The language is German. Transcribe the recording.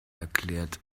erklärt